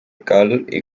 cal